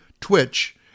Twitch